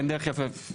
אין דרך אחרת.